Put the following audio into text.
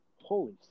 Holy